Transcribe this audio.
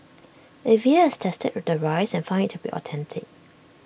A V A has tested the rice and found to be authentic